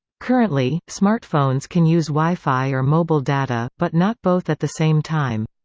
currently, smartphones can use wi-fi or mobile data, but not both at the same time.